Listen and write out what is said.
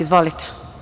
Izvolite.